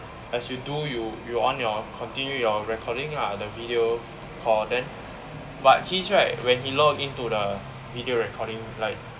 as you do you on your continue your recording lah the video for then but his right when he log into the video recording like